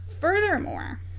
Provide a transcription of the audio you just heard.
Furthermore